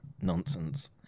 nonsense